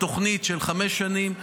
בתוכנית של חמש שנים.